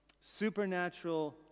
supernatural